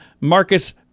Marcus